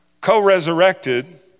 co-resurrected